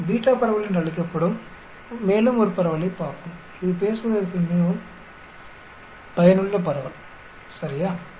நாம் பீட்டா பரவல் என்று அழைக்கப்படும் மேலும் ஒரு பரவலைப் பார்ப்போம் இது பேசுவதற்கு மிகவும் பயனுள்ள பரவல் சரியா